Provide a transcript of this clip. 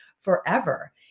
forever